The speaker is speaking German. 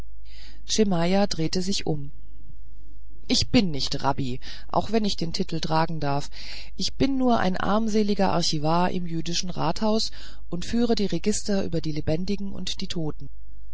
drehte sich um ich bin nicht rabbi wenn ich auch den titel tragen darf ich bin nur ein armseliger archivar im jüdischen rathaus und führe die register über die lebendigen und die toten